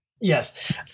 yes